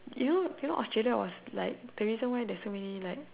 you know you know Australia was like the reason why there's so many like